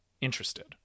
interested